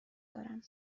دارم